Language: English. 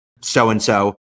so-and-so